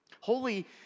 Holy